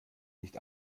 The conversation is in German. nicht